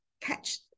catch